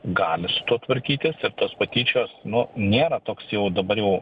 gali su tuo tvarkytis ir tos patyčios nu nėra toks jau dabar jau